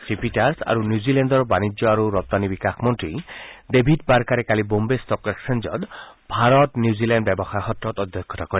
শ্ৰীপিটাৰ্ছ আৰু নিউজিলেণ্ডৰ বাণিজ্য আৰু ৰপ্তানি বিকাশ মন্ত্ৰী ডেভিদ পাৰকাৰে কালি বোঘে ষ্টক একছেঞ্জত ভাৰত নিউজিলেণ্ড ব্যৱসায় সত্ৰত অধ্যক্ষতা কৰে